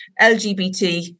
LGBT